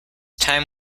time